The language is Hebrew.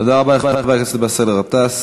תודה רבה לחבר הכנסת באסל גטאס.